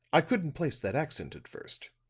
i couldn't place that accent at first.